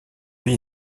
vie